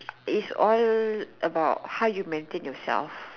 is all about how you maintain yourself